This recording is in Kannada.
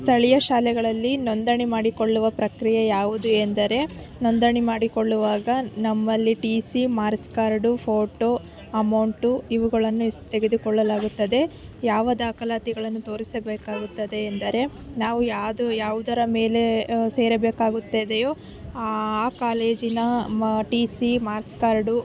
ಸ್ಥಳೀಯ ಶಾಲೆಗಳಲ್ಲಿ ನೋಂದಣಿ ಮಾಡಿಕೊಳ್ಳುವ ಪ್ರಕ್ರಿಯೆ ಯಾವುದು ಎಂದರೆ ನೋಂದಣಿ ಮಾಡಿಕೊಳ್ಳುವಾಗ ನಮ್ಮಲ್ಲಿ T C marks card photo amount ಇವುಗಳನ್ನು ಇಸ್ ತೆಗೆದುಕೊಳ್ಳಲಾಗುತ್ತದೆ ಯಾವ ದಾಖಲಾತಿಗಳನ್ನು ತೋರಿಸಬೇಕಾಗುತ್ತದೆ ಎಂದರೆ ನಾವು ಯಾದು ಯಾವುದರ ಮೇಲೆ ಸೇರಬೇಕಾಗುತ್ತದೆಯೊ ಆ ಕಾಲೇಜಿನ ಟಿ ಸಿ ಮಾರ್ಕ್ಸ್ ಕಾರ್ಡ್